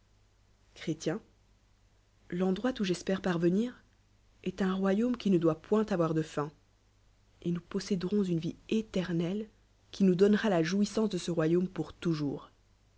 l'endroit oh j'espère parvenir est un royaume qui ne doit point avoir de fin j et nous posséderons une vie éternelle qui nouit donnera la jouissance de ce royaume pour toujours